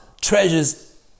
treasures